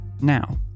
now